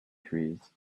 trees